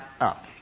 up